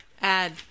add